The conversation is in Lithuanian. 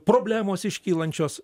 problemos iškylančios